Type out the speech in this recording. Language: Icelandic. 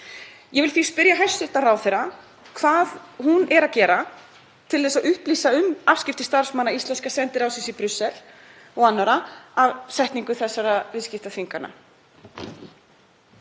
Ég vil því spyrja hæstv. ráðherra hvað hún sé að gera til þess að upplýsa um afskipti starfsmanna íslenskra sendiráðsins í Brussel og annarra af setningu þessara viðskiptaþvingana.